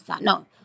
No